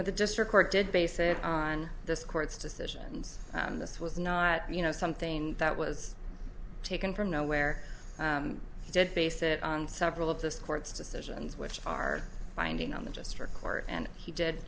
know the district court did base it on this court's decisions and this was not you know something that was taken from nowhere and dead base it on several of this court's decisions which are binding on the district court and he did